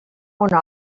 una